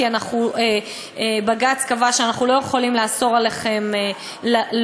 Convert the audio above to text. כי בג"ץ קבע שאנחנו לא יכולים לאסור עליכם לעבוד,